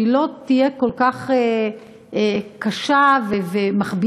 שלא תהיה כל כך קשה ומכבידה,